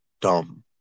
dumb